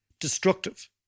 destructive